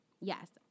yes